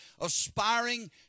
aspiring